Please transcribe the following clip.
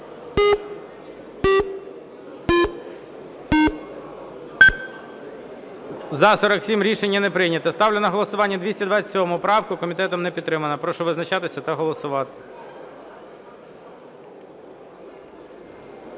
За-47 Рішення не прийнято. Ставлю на голосування 227 правку. Комітетом не підтримана. Прошу визначатися та голосувати.